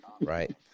right